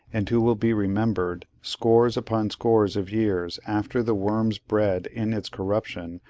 and who will be remembered scores upon scores of years after the worms bred in its corruption,